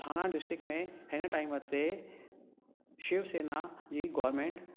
थाणा district में हिन time ते शिव सेना जी गोरमेंट